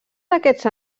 d’aquests